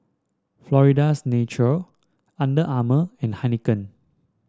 Florida's Natural Under Armour and Heinekein